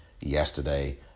yesterday